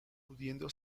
pudiendo